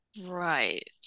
Right